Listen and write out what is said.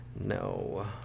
No